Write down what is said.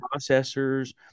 processors